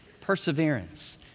perseverance